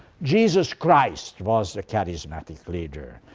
jesus christ was a charismatic leader.